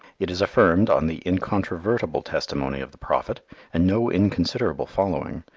it is affirmed, on the incontrovertible testimony of the prophet and no inconsiderable following,